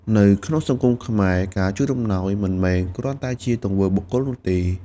នៅក្នុងសង្គមខ្មែរ ការជូនអំណោយមិនមែនគ្រាន់តែជាទង្វើបុគ្គលនោះទេ។